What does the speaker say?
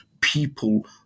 people